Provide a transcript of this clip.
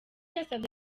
yasabye